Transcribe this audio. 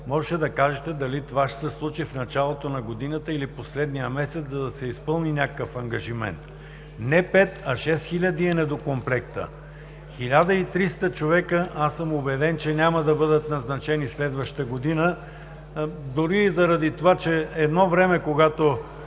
можехте да кажете дали това ще се случи в началото на годината или в последния месец, за да се изпълни някакъв ангажимент. Не 5000, а 6000 е недокомплектът. Убеден съм, че 1300 човека няма да бъдат назначени следващата година, дори и заради това, че едно време, когато